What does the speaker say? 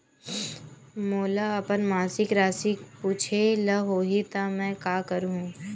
मोला अपन मासिक राशि पूछे ल होही त मैं का करहु?